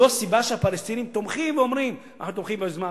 זו הסיבה שהפלסטינים תומכים ואומרים: אנחנו תומכים ביוזמה הערבית,